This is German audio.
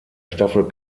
staffel